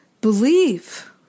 believe